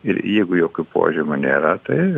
ir jeigu jokių požymių nėra tai